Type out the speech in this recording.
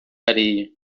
areia